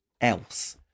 else